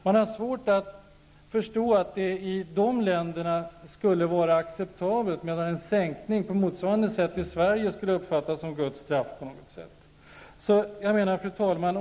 Man har svårt att förstå att det i de länderna skulle vara acceptabelt, medan en sänkning i Sverige på motsvarande sätt skulle uppfattas som Guds straff. Fru talman!